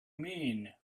mean